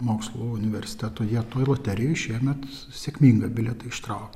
mokslų universiteto jie toje loterijoje šiemet sėkmingą bilietą ištraukė